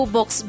Box